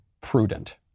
prudent